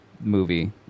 movie